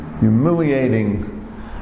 humiliating